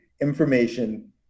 information